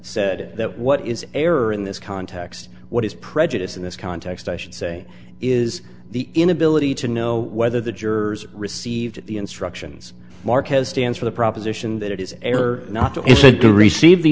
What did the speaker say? said that what is error in this context what is prejudice in this context i should say is the inability to know whether the jurors received the instructions mark has stands for the proposition that it is error or not